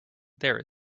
there